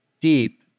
deep